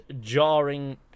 jarring